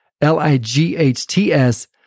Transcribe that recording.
L-I-G-H-T-S